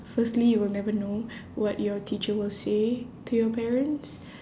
firstly you will never know what your teacher will say to your parents